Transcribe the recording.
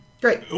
Great